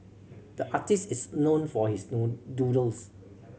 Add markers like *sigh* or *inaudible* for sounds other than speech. the artist is known for his *unintelligible* doodles